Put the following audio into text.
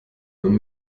man